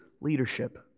leadership